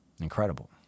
Incredible